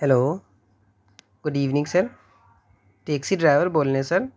hello good evening sir taxi driver بول رہے ہیں سر